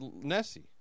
Nessie